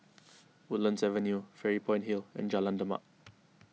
Woodlands Avenue Fairy Point Hill and Jalan Demak